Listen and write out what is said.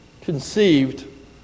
conceived